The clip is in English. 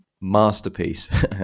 masterpiece